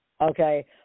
Okay